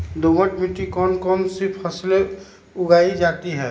दोमट मिट्टी कौन कौन सी फसलें उगाई जाती है?